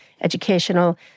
educational